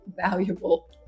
valuable